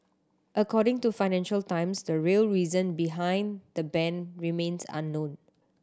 according to Financial Times the real reason behind the ban remains unknown